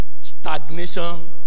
Stagnation